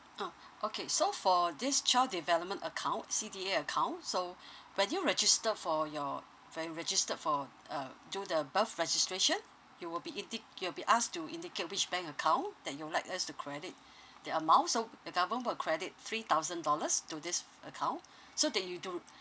ah okay so for this child development account C_D_A account so when you register for your when you registered for uh do the birth registration it will be indi~ you'll be asked to indicate which bank account that you would like us to credit the amount so the government will credit three thousand dollars to this f~ account so that you do